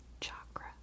chakra